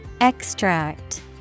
Extract